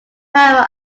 marrow